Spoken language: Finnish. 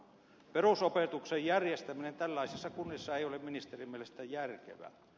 perusopetuksen järjestäminen tällaisissa kunnissa ei ole ministerin mielestä järkevää